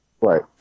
Right